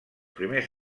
primers